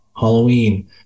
Halloween